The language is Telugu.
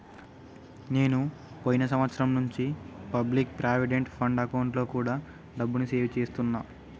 నేను పోయిన సంవత్సరం నుంచి పబ్లిక్ ప్రావిడెంట్ ఫండ్ అకౌంట్లో కూడా డబ్బుని సేవ్ చేస్తున్నా